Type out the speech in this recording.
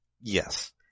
Yes